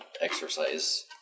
exercise